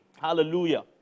Hallelujah